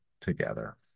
together